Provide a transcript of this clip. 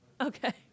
Okay